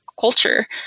culture